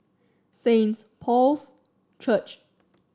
Saint Paul's Church